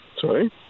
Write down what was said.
Sorry